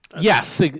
Yes